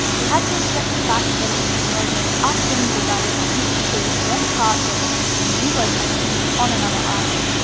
we had to accept the fact that it would be motoring upwind la vagabond until the correct part got sent to a new location on another island.